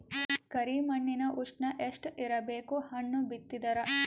ಕರಿ ಮಣ್ಣಿನ ಉಷ್ಣ ಎಷ್ಟ ಇರಬೇಕು ಹಣ್ಣು ಬಿತ್ತಿದರ?